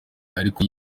ariko